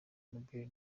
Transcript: nobel